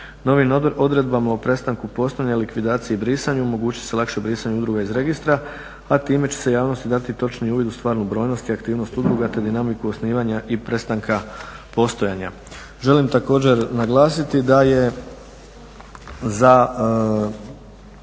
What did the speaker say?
Novim odredbama o prestanku postojanja likvidacije i brisanju omogućit će se lakše brisanje udruga iz registra, a time će se javnosti dati točniji uvid u stvarnu brojnost i aktivnost udruga te dinamiku osnivanja i prestanka postojanja. Želim također naglasiti da je o